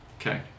Okay